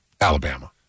Alabama